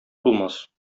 булмас